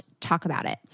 talkaboutit